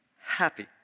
happy